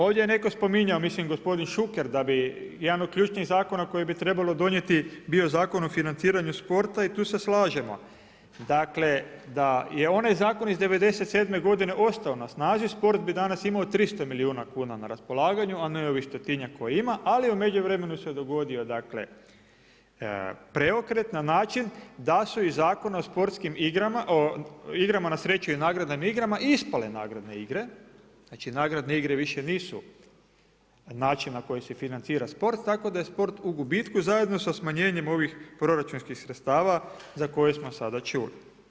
Ovdje je netko spominjao, mislim gospodin Šuker da bi jedan od ključnih zakona koji bi trebalo donijeti bio Zakon o financiranju sporta i tu se slažemo dakle da je onaj zakon iz '97. godine ostao na snazi sport bi danas imao 300 milijuna kuna na raspolaganju a ne ovih stotinjak koje ima ali u međuvremenu se dogodio dakle preokret na način da su i Zakon o sportskim igrama, igrama na sreću i nagradnim igrama ispale nagradne igre, znači nagradne igre više nisu način na koji se financira sport tako da je sport u gubitku zajedno sa smanjenjem ovih proračunskih sredstva za koje smo sada čuli.